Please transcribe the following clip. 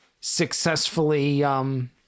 successfully